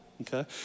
okay